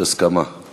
ההצעה להעביר את